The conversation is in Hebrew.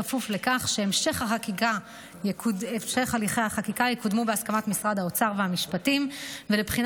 בכפוף לכך שבהמשך הליכי החקיקה יקודמו בהסכמת משרד האוצר והמשפטים ובכפוף